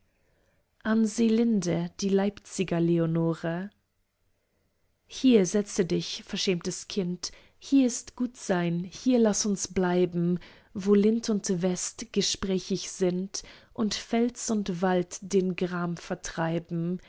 an selinde die leipziger leonore hier setze dich verschämtes kind hier ist gut sein hier laß uns bleiben wo lind und west gesprächig sind und fels und wald den gram vertreiben